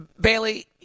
Bailey